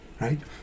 right